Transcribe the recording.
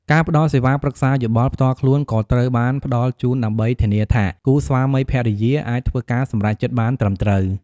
ការផ្តល់សេវាប្រឹក្សាយោបល់ផ្ទាល់ខ្លួនក៏ត្រូវបានផ្តល់ជូនដើម្បីធានាថាគូស្វាមីភរិយាអាចធ្វើការសម្រេចចិត្តបានត្រឹមត្រូវ។